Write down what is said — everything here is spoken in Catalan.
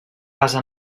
basa